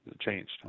changed